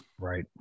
right